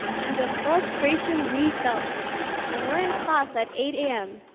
and the frustration we felt when we're in class at eight a m.